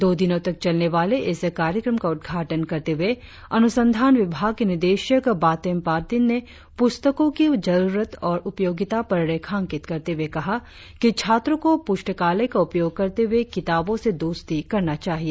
दो दिनो तक चलने वाले इस कार्यक्रम का उद्घाटन करते हुए अनुसंधान विभाग के निदेशक बातेम पर्टिन ने पुस्तको की जरुरत और उपयोगिता पर रेखांकित करते हुए कहा कि छात्रों को पुस्तकालय का उपयोग करते हुए किताबो से दोस्ती करना चाहिए